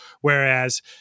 whereas